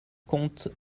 compte